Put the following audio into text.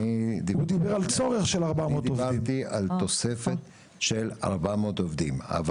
אני דיברתי על תוספת של 400 עובדים.